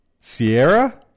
Sierra